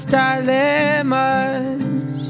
dilemmas